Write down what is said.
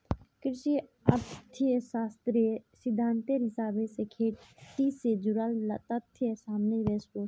कृषि अर्थ्शाश्त्रेर सिद्धांतेर हिसाब से खेटी से जुडाल तथ्य सामने वोसो